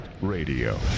Radio